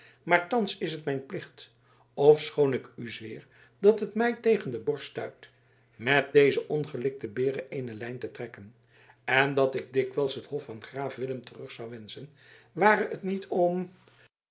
maar thans is het mijn plicht ofschoon ik u zweer dat het mij tegen de borst stuit met deze ongelikte beren ééne lijn te trekken en dat ik dikwijls het hof van graaf willem terug zou wenschen ware het niet om